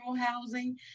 housing